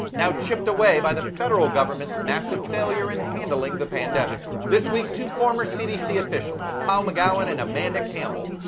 now chipped away by the federal government's massive failure in handling the pandemic. this week two former cdc officials, kyle um gowin and amanda campbell,